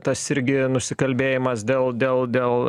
tas irgi nusikalbėjimas dėl dėl dėl